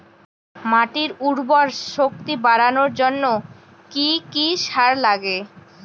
মাটির উর্বর শক্তি বাড়ানোর জন্য কি কি সার লাগে?